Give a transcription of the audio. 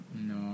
No